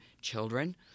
children